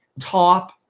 top